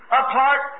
apart